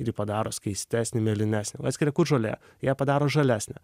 ir jį padaro skaistesnį mėlynesnį atskiria kur žolė ją padaro žalesnę